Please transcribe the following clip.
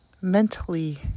mentally